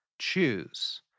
choose